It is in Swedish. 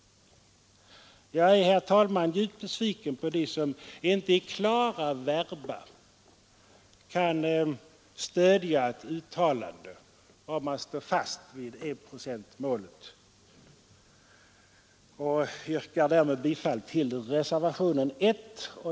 Jag är, herr talman, djupt besviken på dem som inte i klara verba kan stödja ett uttalande om att stå fast vid enprocentsmålet. Jag yrkar därför bifall till reservationen 1.